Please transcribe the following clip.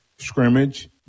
scrimmage